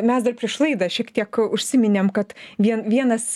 mes dar prieš laidą šiek tiek užsiminėm kad vien vienas